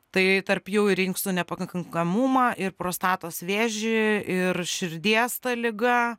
tai tarp jų ir inkstų nepakankamumą ir prostatos vėžį ir širdies ta liga